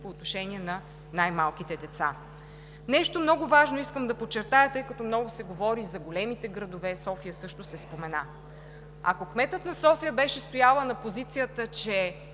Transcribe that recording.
по отношение на най-малките деца. Нещо много важно искам да подчертая, тъй като много се говори за големите градове – София също се спомена. Ако кметът на София беше стояла на позицията, че